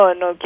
no